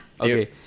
Okay